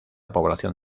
población